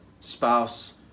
spouse